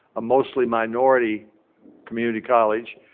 a mostly minority community college,